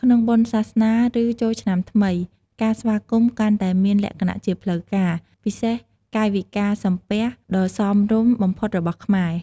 ក្នុងបុណ្យសាសនា ឬចូលឆ្នាំថ្មី ការស្វាគមន៍កាន់តែមានលក្ខណៈជាផ្លូវការ ពិសេសកាយវិការសំពះដ៏សមរម្យបំផុតរបស់ខ្មែរ។